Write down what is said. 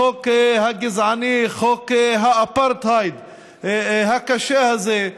החוק הגזעני, חוק האפרטהייד הקשה הזה.